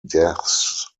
deaths